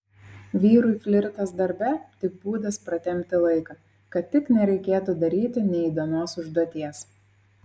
vyrui flirtas darbe tik būdas pratempti laiką kad tik nereikėtų daryti neįdomios užduoties